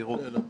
תראו,